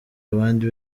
abandi